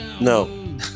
No